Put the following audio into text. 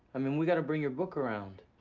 i mean, we gotta bring your book around.